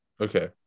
Okay